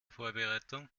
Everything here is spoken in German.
vorbereitung